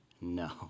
no